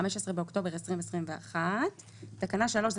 15 באוקטובר 2021. זה